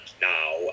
now